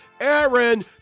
Aaron